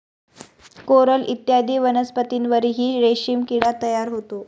coral इत्यादी वनस्पतींवरही रेशीम किडा तयार होतो